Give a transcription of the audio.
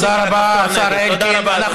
תודה רבה, השר אלקין.